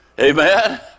Amen